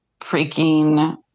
freaking